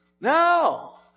No